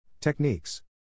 Techniques